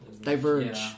diverge